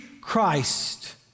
Christ